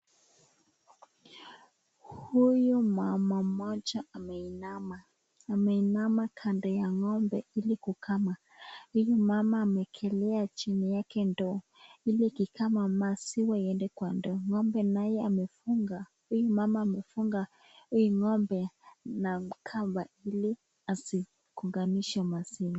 Huyu mama mmoja ameinama. Ameinama kando ya ng'ombe ili kukama. Huyu mama ameekelea chini yake ndoo ili akikama maziwa iende kwa ndoo. Ng'ombe naye amefunga, huyu mama amefunga huyu ng'ombe na kamba ili asigonganishe maziwa.